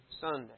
Sunday